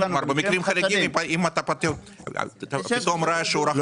במקרים חריגים, אם אתה פתאום רואה שהוא רכש מטוס.